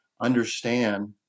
understand